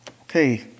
Okay